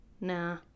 Nah